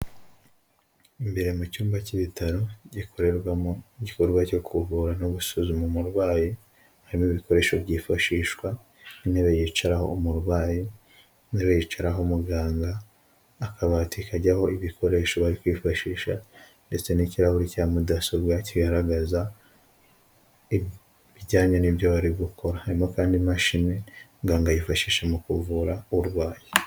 Imbere mu cyumba cy'ibitaro gikorerwamo igikorwa cyo kuvura no gusuzuma umurwayi, harimo ibikoresho byifashishwa, intebe yicaraho umurwayi, intebe yicaraho umuganga, akabati kajyaho ibikoresho bari kwifashisha, ndetse n'ikirahuri cya mudasobwa kigaragaza ibijyanye n'ibyo bari gukora. Harimo kandi imashini munganga yifashishe mu kuvura urwaye.